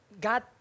God